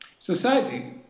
Society